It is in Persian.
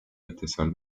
اتصال